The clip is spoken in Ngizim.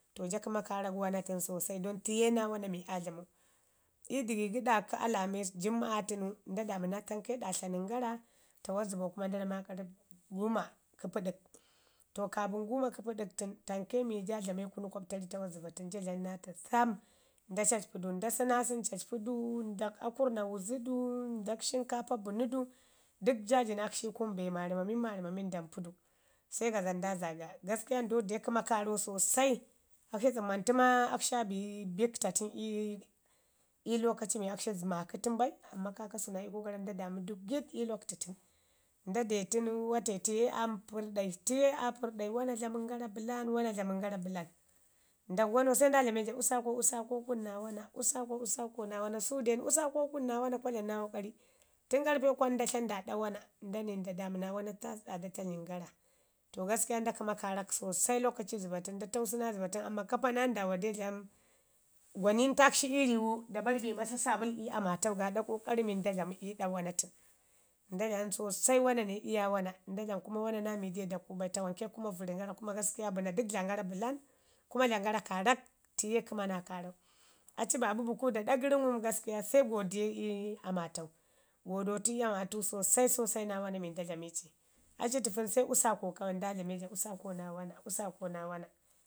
To ja kəma karak mana tən sosai don tiiye naa wana mii aa dlamau Ji dəgigəɗa kə alamis jumma'a tənu nda daamu naa tanke, ɗa tlanun gara, tamas zəba kuma kuma nda namu maa kar guuma ke pəɗəki to kaapən guuma kə pəɗək tən tamke mi ja dlame kunu kmaptari tamas zəba tənu, ja dlamu naa atu sam nda cacpi du, nda sənaasən cacpu du, ndak akurrna muzu dui nda shimkapa benu du, dək jaji akshi ii kunu be marmamin nda mpi du gaza nda zaaga, gaskiya ndau de kəma karak sosai. Akshi tsammantu maa kashi aa bi bikta tən ii ii lokaci mii maku tən bai amman kaakasku naa iko gara nda damu du giɗ ii lakutu tən. Nda de tənu wate tiye aa parrɗai tiye aa parrɗai, wana dlamən gara bəlan wana dlamən gara bəlan. Ndak wanau se nda dlame ja usaako usaako kun naa wana usaako usaako naa wana soden usaakon kun naa wana kwa dlamu naa ƙoƙari. Tən ƙarpe kwan nda tle nda ɗa mana nda nai nda damu naa wana tas ɗa da tlanun gara. To gaskiya nda kəmu kaarak sosoi lokaci zəba tən amman kapa naa ndaama de dlamu gwanintak shi ii riimu da bari bik masa saabul ii amatau gaaɗa ƙoƙari mii nda dlamu iiɗa wana tən. Nda dlamu sosai wana ne iya wana. Nda dlamu kuma wana naa mi de daku bai tamanke kuma vərən gara kuma gaskiya bəna dək dlamun gara bəlan kuma dlaman gara karak, tiye kəma naa kara Aci babu buku aɗa gərin ngum gaskiya se godiya ii amatau godoti amatau sosai sosai naa wana mii nda dlami ci. Aci təfein sai usaako nda dlame ja usanko naa wana, usaako naa wana